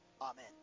Amen